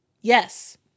yes